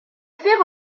fait